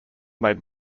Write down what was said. made